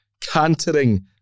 cantering